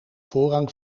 voorrang